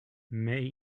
mais